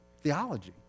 theology